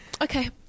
Okay